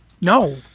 no